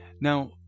Now